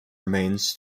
remains